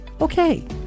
okay